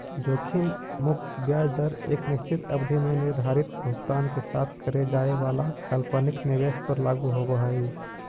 जोखिम मुक्त ब्याज दर एक निश्चित अवधि में निर्धारित भुगतान के साथ करे जाए वाला काल्पनिक निवेश पर लागू होवऽ हई